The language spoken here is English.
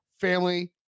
family